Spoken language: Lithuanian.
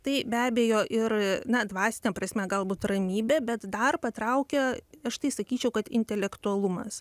tai be abejo ir na dvasine prasme galbūt ramybė bet dar patraukia aš tai sakyčiau kad intelektualumas